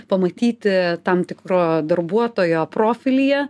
pamatyti tam tikro darbuotojo profilyje